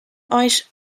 eins